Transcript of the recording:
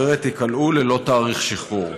אחרת ייכלאו ללא תאריך שחרור.